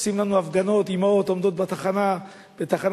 עושים לנו הפגנות, אמהות עומדות בתחנת הרכבת.